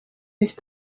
ich